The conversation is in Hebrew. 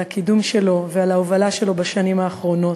על הקידום שלו ועל ההובלה שלו בשנים האחרונות.